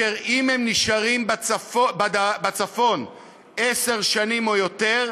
אם הם נשארים בצפון עשר שנים או יותר,